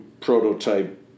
prototype